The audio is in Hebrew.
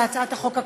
להצעת החוק הקודמת.